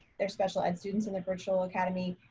their special ed students in the virtual academy,